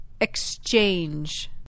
exchange